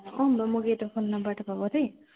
অঁ ম মোক এইটো ফোন নম্বৰতে পাব দেই